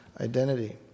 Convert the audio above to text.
identity